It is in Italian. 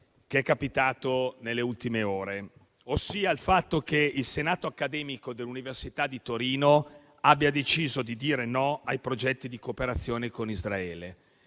che è capitato nelle ultime ore: il Senato accademico dell'Università di Torino ha deciso di dire no ai progetti di cooperazione con Israele,